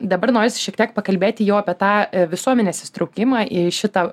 dabar norisi šiek tiek pakalbėti jau apie tą visuomenės įsitraukimą į šitą